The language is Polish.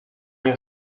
nie